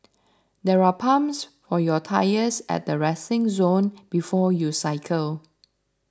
there are pumps for your tyres at the resting zone before you cycle